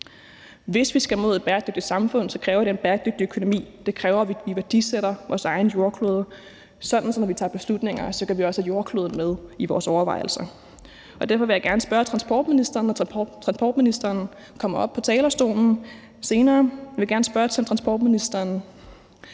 Hvis vi skal mod et bæredygtigt samfund, kræver det en bæredygtig økonomi. Det kræver, at vi værdisætter vores egen jordklode, sådan at når vi tager beslutninger, sikrer vi, at vi også har jordkloden med i vores overvejelser. Derfor vil jeg gerne spørge transportministeren, når transportministeren kommer op på talerstolen senere, om transportministeren